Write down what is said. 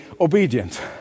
obedient